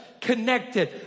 Connected